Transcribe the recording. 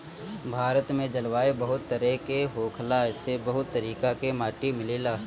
भारत में जलवायु बहुत तरेह के होखला से बहुत तरीका के माटी मिलेला